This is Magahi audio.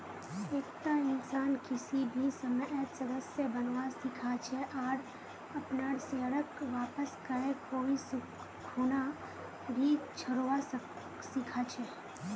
एकता इंसान किसी भी समयेत सदस्य बनवा सीखा छे आर अपनार शेयरक वापस करे कोई खूना भी छोरवा सीखा छै